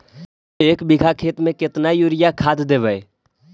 एक बिघा खेत में केतना युरिया खाद देवै?